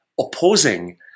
opposing